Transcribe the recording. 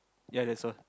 ya that's all